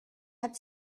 had